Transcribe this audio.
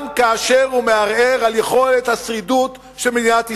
גם כאשר הוא מערער על יכולת השרידות של מדינת ישראל.